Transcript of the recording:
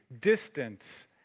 distance